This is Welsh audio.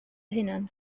hunan